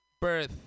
birth